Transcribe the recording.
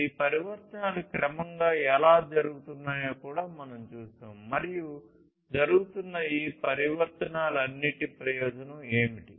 ఈ పరివర్తనాలు క్రమంగా ఎలా జరుగుతున్నాయో కూడా మనం చూశాము మరియు జరుగుతున్న ఈ పరివర్తనాలన్నిటి ప్రయోజనం ఏమిటి